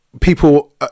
people